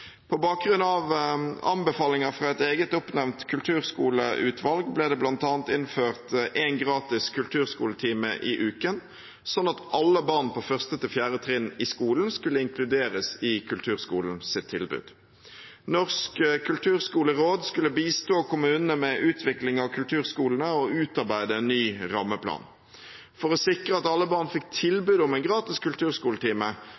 På bakgrunn av anbefalinger fra et eget oppnevnt kulturskoleutvalg ble det bl.a. innført en gratis kulturskoletime i uken, sånn at alle barn på 1.–4. trinn i skolen skulle inkluderes i kulturskolens tilbud. Norsk kulturskoleråd skulle bistå kommunene med utvikling av kulturskolene og utarbeide en ny rammeplan. For å sikre at alle barn fikk